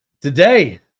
Today